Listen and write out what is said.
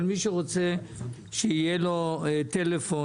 אבל מי שלא רוצה עבורו או עבור ילדיו טלפון